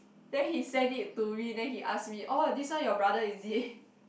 then he send it to me then he ask me oh this one your brother is it